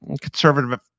conservative